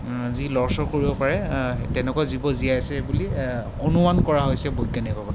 যি লৰচৰ কৰিব পাৰে তেনেকুৱা জীৱ জীয়াই আছে বুলি অনুমান কৰা হৈছে বৈজ্ঞানিকসকলে